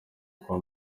kwa